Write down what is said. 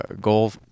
goal